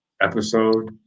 episode